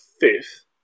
fifth